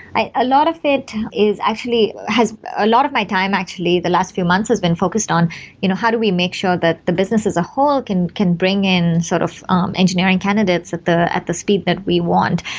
a lot of it is actually has a lot of my time actually, the last few months has been focused on you know how do we make sure that the business as a whole can can bring in sort of um engineering candidates at the at the speed that we want?